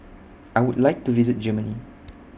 I Would like to visit Germany